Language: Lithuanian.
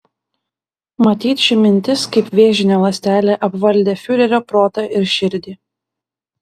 matyt ši mintis kaip vėžinė ląstelė apvaldė fiurerio protą ir širdį